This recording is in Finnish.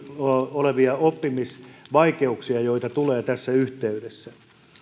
olevista oppimisvaikeuksista joita tulee tässä yhteydessä